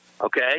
okay